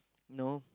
no